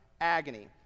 agony